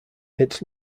its